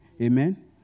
Amen